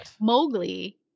Mowgli